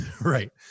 Right